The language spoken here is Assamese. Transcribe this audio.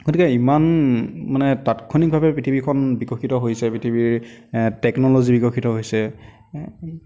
গতিকে ইমান মানে তাৎক্ষণিকভাৱে পৃথিৱীখন বিকশিত হৈছে পৃথিৱীৰ টেকন'লজি বিকশিত হৈছে